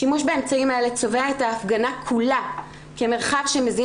שימוש באמצעים אלה צובע את ההפגנה כולה כמרחב שמזין